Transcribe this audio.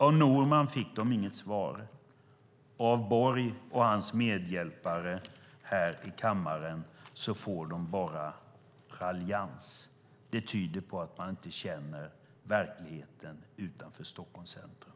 Av Norman fick de inget svar, och av Borg och hans medhjälpare i kammaren får de bara raljans. Det tyder på att man inte känner verkligheten utanför Stockholms centrum.